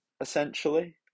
essentially